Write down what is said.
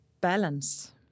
balance